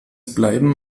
bleiben